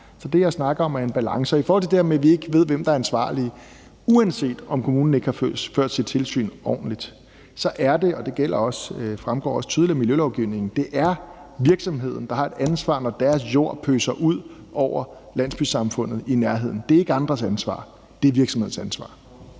Så det, jeg snakker om, er en balance. I forhold til det her med, at vi ikke ved, hvem der er ansvarlige, vil jeg sige, at uanset om kommunen ikke har ført sit tilsyn ordentligt, så er det – det fremgår også tydeligt af miljølovgivningen – virksomheden, der har et ansvar, når deres jord pøser ud over landsbysamfundet i nærheden. Det er ikke andres ansvar, det er virksomhedens ansvar.